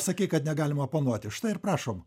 sakei kad negalima oponuoti štai ir prašom